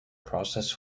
process